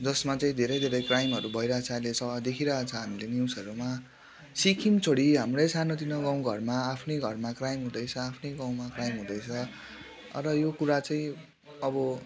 जसमा चाहिँ धेरै धेरै क्राइमहरू भइरहेछ अहिले सबै देखिरहेछ हामीले न्युजहरूमा सिक्किम छोडी हाम्रै सानो तिनो गाउँ घरमा आफ्नै घरमा क्राइम हुँदैछ आफ्नै गाउँमा क्राइम हुँदैछ र यो कुरा चाहिँ अब